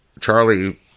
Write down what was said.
Charlie